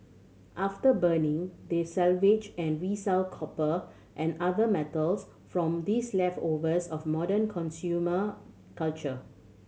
after burning they salvage and resell copper and other metals from these leftovers of modern consumer culture